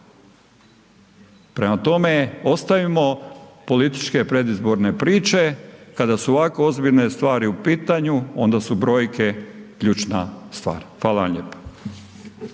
Prema tome, ostavimo političke predizborne priče kada su ovako ozbiljne stvari u pitanju onda su brojke ključna stvar, hvala vam lijepa.